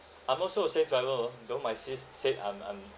I'm also safe driver oh though my sis said I'm I'm